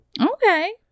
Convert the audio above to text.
Okay